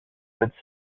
sept